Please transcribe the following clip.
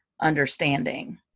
understanding